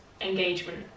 engagement